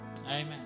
Amen